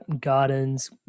gardens